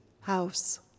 house